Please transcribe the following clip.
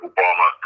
Obama